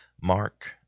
Mark